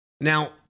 Now